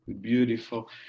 Beautiful